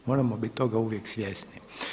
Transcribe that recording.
Moramo bit toga uvijek svjesni.